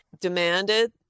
demanded